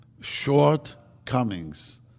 Shortcomings